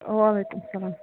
وعلیکُم سلام